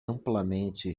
amplamente